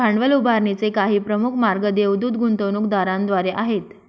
भांडवल उभारणीचे काही प्रमुख मार्ग देवदूत गुंतवणूकदारांद्वारे आहेत